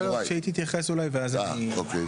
לא, שהיא תתייחס אולי, ואז אני.